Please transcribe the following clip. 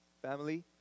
Family